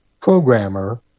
programmer